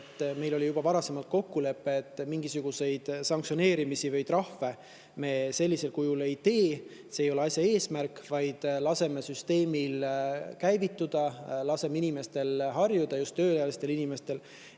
meil oli juba varasemalt kokkulepe, et mingisuguseid sanktsioneerimisi või trahve me sellisel kujul ei tee – see ei ole asja eesmärk –, vaid laseme süsteemil käivituda, laseme inimestel harjuda – just tööealistel inimestel